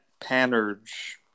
panurge